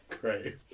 Great